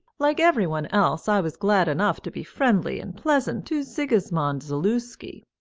like every one else, i was glad enough to be friendly and pleasant to sigismund zaluski,